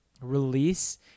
release